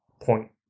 point